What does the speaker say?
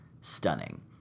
stunning